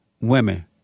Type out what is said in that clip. women